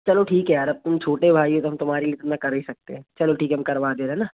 चलो ठीक है यार अब तुम छोटे भाई है तो हम तुम्हारे लिए इतना कर ही सकते हैं चलो ठीक है हम करवा दे रहे ना